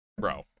Bro